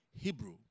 Hebrew